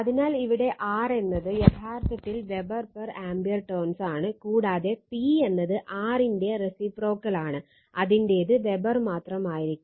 അതിനാൽ ഇവിടെ R എന്നത് യഥാർത്ഥത്തിൽ വെബർ പെർ ആമ്പിയർ ടേണ്സാണ് കൂടാതെ P എന്നത് R ന്റെ റെസിപ്രോക്കൽ ആണ് അതിന്റേത് വെബർ മാത്രമായിരിക്കും